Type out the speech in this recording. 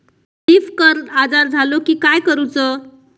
Leaf curl आजार झालो की काय करूच?